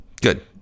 Good